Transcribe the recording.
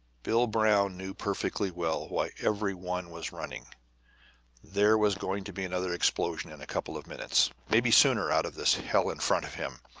bill brown knew perfectly well why every one was running there was going to be another explosion in a couple of minutes, maybe sooner, out of this hell in front of him.